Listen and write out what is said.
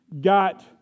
got